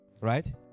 right